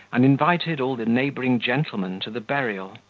and invited all the neighbouring gentlemen to the burial,